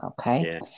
Okay